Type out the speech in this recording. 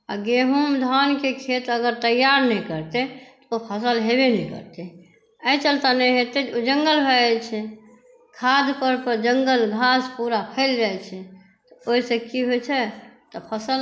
आ गहूॅंम धानक खेत अगर तैआर नहि करतै तऽ ओ फसल हेबे नहि करतै एहि चलते नहि हेतै ओ जंगल भए जाइ छै खाद पर जंगल घास पूरा फैल जाइ छै ओहिसॅं की होइ छै तऽ फसल नहि होइ छै